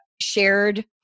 shared